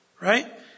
Right